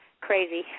crazy